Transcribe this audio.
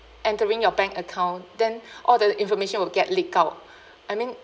entering your bank account then all the information will get leak out I mean